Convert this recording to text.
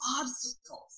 obstacles